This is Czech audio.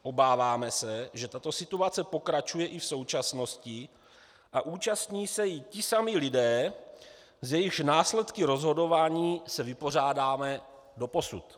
Obáváme se, že tato situace pokračuje i v současnosti a účastní se jí ti samí lidé, s jejichž následky rozhodování se vypořádáváme doposud.